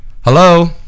Hello